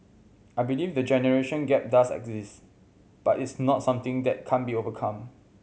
I believe the generation gap does exist but it's not something that can't be overcome